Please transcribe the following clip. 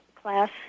class